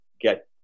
get